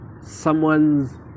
someone's